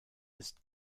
ist